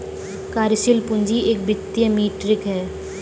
कार्यशील पूंजी एक वित्तीय मीट्रिक है